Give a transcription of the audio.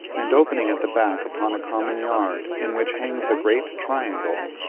and opening at the back upon a common yard, in which hangs a great triangle.